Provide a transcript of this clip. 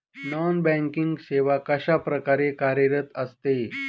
Non banking सेवा कशाप्रकारे कार्यरत असते?